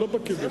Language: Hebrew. אני לא בקי בזה.